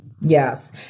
Yes